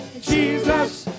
Jesus